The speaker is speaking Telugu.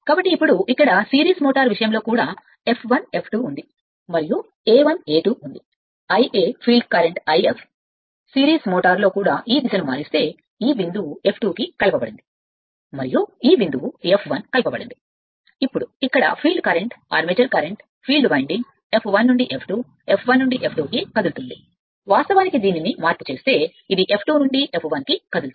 కాబట్టి ఇప్పుడు ఇక్కడ సిరీస్ మోటారు కోసం కూడా F1 F2 ఉంది మరియు ∅ సిరీస్ మోటారు కు ఫీల్డ్ కరెంట్ వాస్తవానికి మార్పుఉంటే ఈ దిశను అపసవ్యం చేయండి ఈ బిందువు F2 కి కలప బడింది మరియు ఈ బిందువు T2 కలప బడింది F1 అప్పుడు ఇక్కడ ఫీల్డ్ కరెంట్ ఆర్మేచర్ కరెంట్ ద్వారా ఫీల్డ్ వైండింగ్ F1 నుండి F2 F1 నుండి F2 వరకు వాస్తవానికి అపసవ్యం మార్పు అయితే ఇది F2 ను F1 కి తరలిస్తుంది